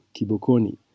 Kibokoni